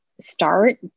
Start